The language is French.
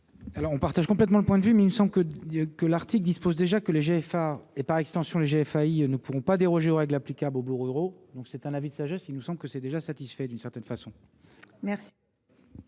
? Je partage complètement ce point de vue, mais il me semble que l’article dispose déjà que les GFA, et par extension les GFAI, ne pourront pas déroger aux règles applicables aux baux ruraux. C’est un avis de sagesse, votre souhait me semblant déjà satisfait, d’une certaine façon. C’est